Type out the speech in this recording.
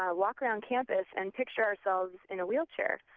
ah walk around campus and picture ourselves in a wheelchair,